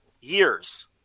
years